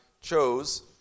chose